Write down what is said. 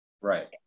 Right